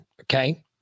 Okay